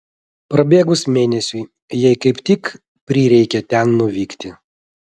prabėgus mėnesiui jai kaip tik prireikė ten nuvykti